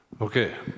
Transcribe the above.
Okay